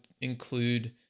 include